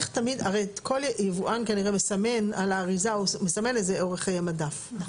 בעל תעודת יבואן רשום רשאי לסמן את אורך חיי המדף של